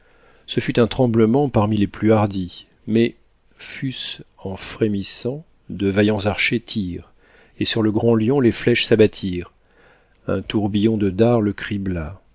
ce fut un tremblement parmi les plus hardis mais fût-ce en frémissant de vaillants archers tirent et sur le grand lion les flèches s'abattirent un tourbillon de dards le cribla